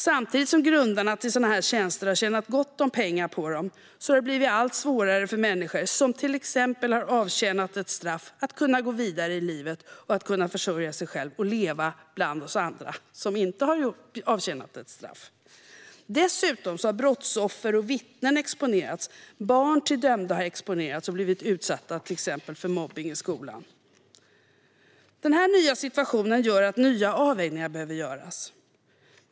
Samtidigt som grundarna till sådana tjänster har tjänat gott om pengar på dem har det blivit allt svårare för människor som till exempel har avtjänat ett straff att gå vidare i livet, försörja sig själva och leva bland oss andra som inte har avtjänat ett straff. Dessutom har brottsoffer och vittnen exponerats. Barn till dömda har exponerats och blivit utsatta för till exempel mobbning i skolan. Denna nya situation gör att nya avvägningar behöver göras.